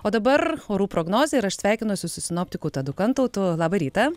o dabar orų prognozė ir aš sveikinuosi su sinoptiku tadu kantautu labą rytą